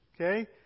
Okay